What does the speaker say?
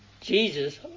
Jesus